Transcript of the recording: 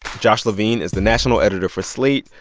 josh levin is the national editor for slate.